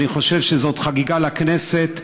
אני חושב שזאת חגיגה לכנסת,